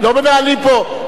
לא מנהלים פה,